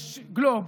יש גלובוס,